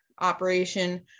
operation